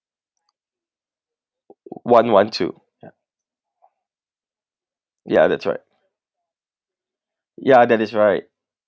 one one two ya that's right ya that is right